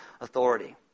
authority